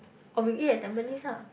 or we eat at tampines ah